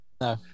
No